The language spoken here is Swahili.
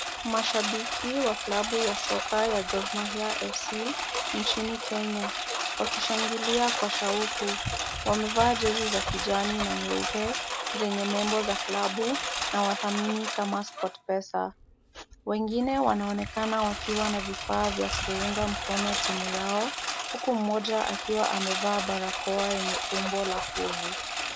Mashabiki wa Klabu ya soka ya Gor Mahia FC nchini Kenya, wakishangilia kwa shauku. Wamevaa jezi za kijani na nyeupe, zenye nyembo za klabu na wadhamini kama SportPesa. Wengine wanaonekana wakiwa na vifaa vya kuunga mkono timu yao, huku mmoja akiwa amevaa barakoa yenye umbo la fuvu